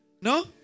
no